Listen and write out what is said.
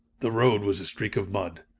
the road was a streak of mud.